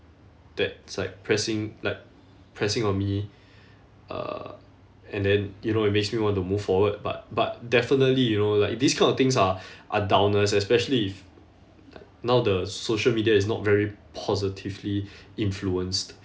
that's like pressing like pressing on me uh and then you know it makes me want to move forward but but definitely you know like these kind of things are are downers especially if like now the social media is not very positively influenced